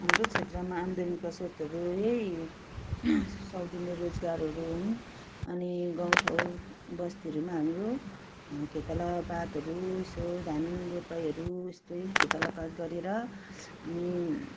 हाम्रो क्षेत्रमा आमदामीका स्रोतहरू यही सौ दिने रोजगारहरू हुन् अनि गाउँठाउँ बस्तीहरूमा हाम्रो खेतला पातहरू यसो धान रोपाइँहरू यस्तै खेतला पात गरेर अनि